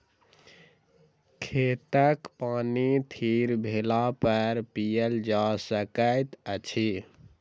खेतक पानि थीर भेलापर पीयल जा सकैत अछि